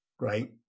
right